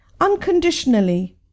unconditionally